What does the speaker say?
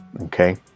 Okay